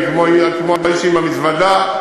כמו האיש עם המזוודה,